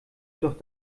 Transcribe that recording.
doch